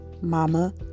Mama